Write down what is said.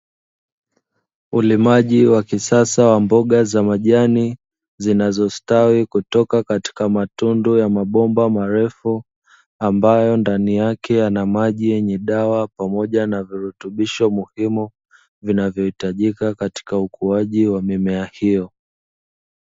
Ulimaji wa kisasa wa mboga za majani zinazostawi kutoka katika matundu ya mabomba marefu, ambayo ndani yake yana maji yenye dawa pamoja na vurutubisho muhimu vinavyohitajika katika ukuaji wa mimea hiyo.